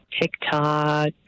TikTok